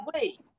wait